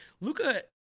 Luca